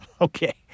Okay